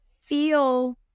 feel